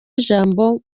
ijambo